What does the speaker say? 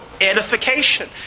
edification